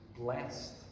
Blessed